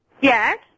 Yes